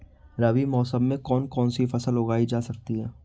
रबी मौसम में कौन कौनसी फसल उगाई जा सकती है?